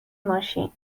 ماشین